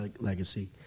legacy